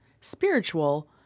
spiritual